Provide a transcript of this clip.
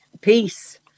peace